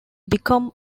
become